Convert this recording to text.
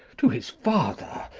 to his father,